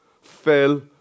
fell